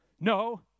No